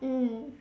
mm